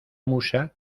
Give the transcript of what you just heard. musa